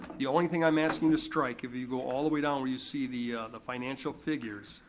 the only thing i'm asking to strike, if you go all the way down where you see the the financial figures,